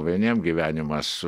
vieniem gyvenimas